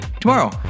tomorrow